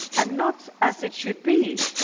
and not, as it should be,